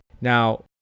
Now